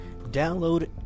Download